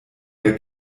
der